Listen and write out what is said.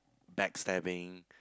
backstabbing